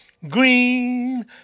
Green